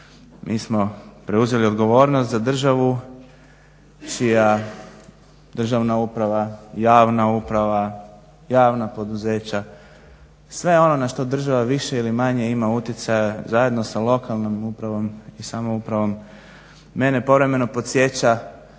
Mi smo preuzeli odgovornost za državu čija državna uprava, javna uprava, javna poduzeća, sve ono na što država više ili manje ima utjecaja, zajedno sa lokalnom upravom i samoupravom, mene povremeno podsjeća